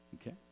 Okay